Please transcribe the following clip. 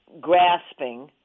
grasping